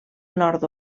nord